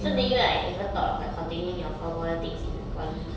so did you like ever thought of like continuing your floorball things in poly